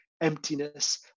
emptiness